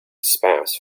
spouse